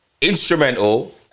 instrumental